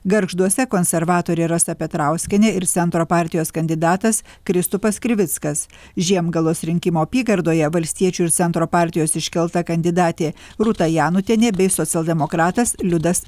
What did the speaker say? gargžduose konservatorė rasa petrauskienė ir centro partijos kandidatas kristupas krivickas žiemgalos rinkimų apygardoje valstiečių ir centro partijos iškelta kandidatė rūta janutienė bei socialdemokratas liudas